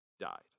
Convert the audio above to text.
died